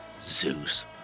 Zeus